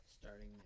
starting